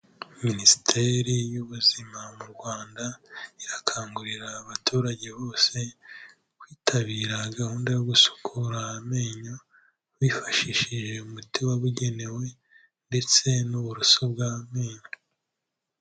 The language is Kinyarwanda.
Minisiteri y'ubuzima mu Rwanda irakangurira abaturage bose kwitabira gahunda yo gusukura amenyo bifashishije umuti wabugenewe ndetse n'uburoso bw'amenyo.